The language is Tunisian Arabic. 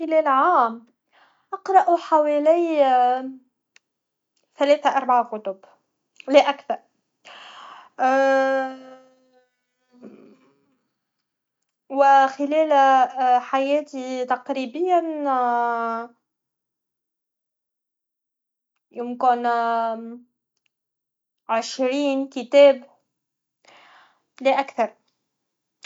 خلال عام اقرا حوالي ثلاثه اربعه كتب لا اكثر و خلال حياتي تقريبيا يمكن عشرين كتاب لا اكثر